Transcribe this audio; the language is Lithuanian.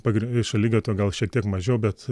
pagrinde šaligatvio gal šiek tiek mažiau bet